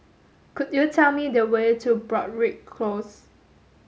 could you tell me the way to Broadrick Close